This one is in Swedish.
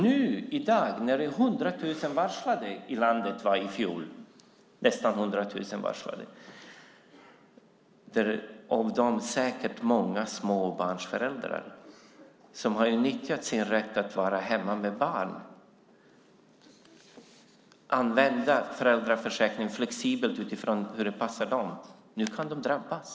I dag är nästan hundratusen människor varslade i landet, säkert många småbarnsföräldrar som har nyttjat sin rätt att vara hemma med barn och använt föräldrapenningen flexibelt utifrån vad som passar bäst för dem och som nu kan drabbas.